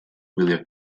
wylio